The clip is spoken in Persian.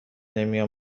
نمیام